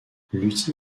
lucy